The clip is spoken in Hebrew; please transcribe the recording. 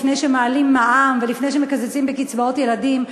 לפני שמעלים מע"מ ולפני שמקצצים בקצבאות ילדים,